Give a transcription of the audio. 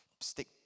stick